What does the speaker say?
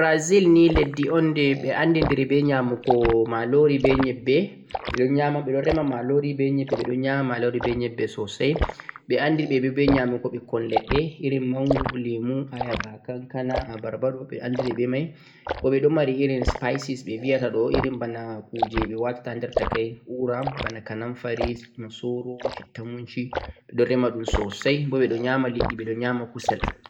leddi Brazil ni leddi de ɓe andidiri be nyamugo malori be nyebbe, ɓe ɗon nyama, ɓe ɗon rema malori be nyebbe sosai, ɓe andi ɓe bo be nyamugo ɓikkon leɗɗe irin mango, lemu ayaba, kankana, abarba ɗo ɓe andiri be mai bo ɓe ɗon mari irin species ɓe viyata ɗo irin bana kuje ɓe watta ha nder takai u'ra bana kanampari, masooro, citta munci ɓe rema ɗum sosai bo ɓe ɗo nyama liɗɗi ɓe ɗon nyama kusel.